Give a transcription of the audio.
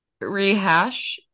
rehash